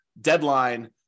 deadline